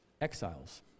exiles